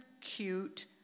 cute